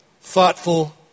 thoughtful